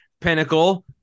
pinnacle